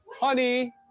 honey